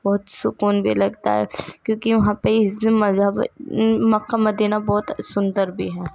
بہت سکون بھی لگتا ہے کیونکہ وہاں پہ مذہب مکہ مدینہ بہت سندر بھی ہے